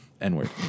N-word